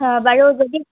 অ' বাৰু যদি